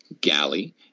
galley